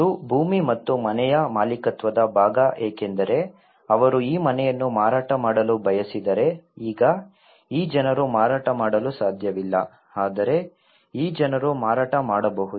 ಮತ್ತು ಭೂಮಿ ಮತ್ತು ಮನೆಯ ಮಾಲೀಕತ್ವದ ಭಾಗ ಏಕೆಂದರೆ ಅವರು ಈ ಮನೆಯನ್ನು ಮಾರಾಟ ಮಾಡಲು ಬಯಸಿದರೆ ಈಗ ಈ ಜನರು ಮಾರಾಟ ಮಾಡಲು ಸಾಧ್ಯವಿಲ್ಲ ಆದರೆ ಈ ಜನರು ಮಾರಾಟ ಮಾಡಬಹುದು